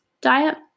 diet